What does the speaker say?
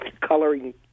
coloring